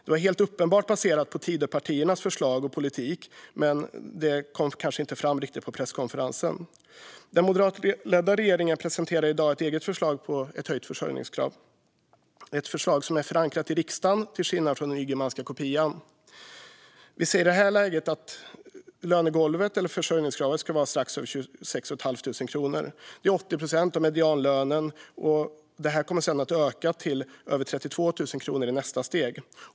Det var helt uppenbart baserat på Tidöpartiernas förslag och politik, men det kanske inte riktigt kom fram på presskonferensen. Den moderatledda regeringen presenterade i dag ett eget förslag på ett höjt försörjningskrav. Det är ett förslag som är förankrat i riksdagen, till skillnad från den ygemanska kopian. Vi säger i det här läget att lönegolvet, eller försörjningskravet, ska vara strax över 26 500 kronor. Det är 80 procent av medianlönen, och det kommer sedan öka till över 32 000 kronor i nästa steg.